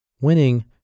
Winning